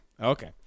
Okay